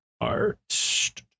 art